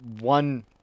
one